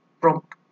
prompt